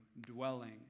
dwelling